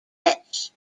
pitch